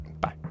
bye